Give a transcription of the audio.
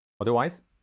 Otherwise